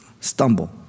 stumble